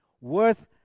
Worth